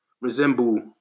resemble